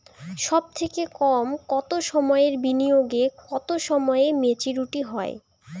সবথেকে কম কতো সময়ের বিনিয়োগে কতো সময়ে মেচুরিটি হয়?